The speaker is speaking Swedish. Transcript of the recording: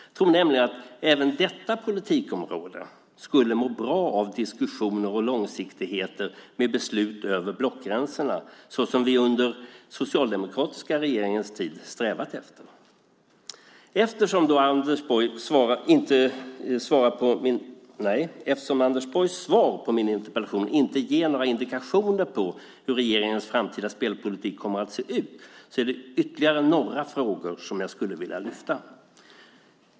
Jag tror nämligen att även detta politikområde skulle må bra av diskussioner och långsiktighet med beslut över blockgränserna, vilket vi under den socialdemokratiska regeringens tid strävat efter. Eftersom Anders Borgs svar på min interpellation inte ger några indikationer på hur regeringens framtida spelpolitik kommer att se ut är det ytterligare några frågor som jag skulle vilja lyfta fram.